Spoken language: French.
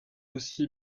aussi